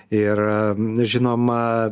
ir žinoma